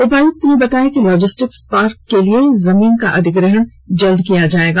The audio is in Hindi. उपायुक्त ने बताया कि लॉजिस्टिक पार्क के लिए जमीन का अधिग्रहण जल्द कर लिया जाएगा